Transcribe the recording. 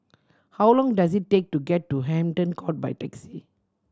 how long does it take to get to Hampton Court by taxi